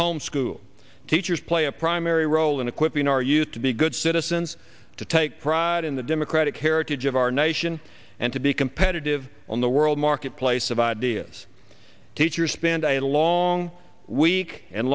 home school teachers play a primary role in equipping our youth to be good citizens to take pride in the democratic heritage of our nation and to be competitive on the world marketplace of ideas teachers spend a long week and